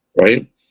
right